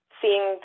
seeing